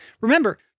Remember